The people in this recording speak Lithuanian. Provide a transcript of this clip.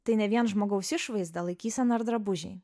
tai ne vien žmogaus išvaizda laikysena ir drabužiai